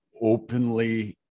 openly